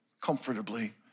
comfortably